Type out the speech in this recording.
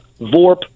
Vorp